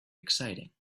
exciting